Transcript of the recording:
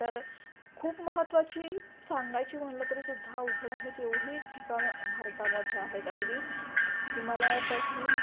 तर खूप महत्त्वाची सांगायची म्हणलं तरीसुद्धा उघड आहेत एवढी ठिकाण भारतामध्ये आहेत अगदी हिमालयापासून